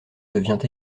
devient